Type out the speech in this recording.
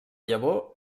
llavor